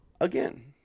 Again